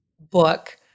book